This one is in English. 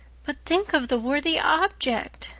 but think of the worthy object,